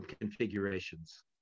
configurations